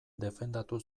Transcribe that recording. defendatu